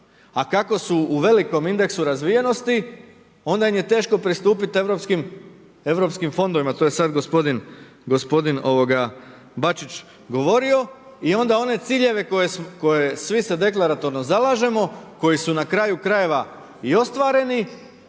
A kako su u velikom indeksu razvijenosti onda im je teško pristupiti europskim fondovima, to je sad gospodin, gospodin Bačić govorio. I onda one ciljeve za koje svi se deklaratorno zalažemo, koji su na kraju krajeva i ostvareni,